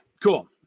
cool